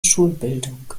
schulbildung